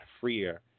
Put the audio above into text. freer